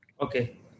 Okay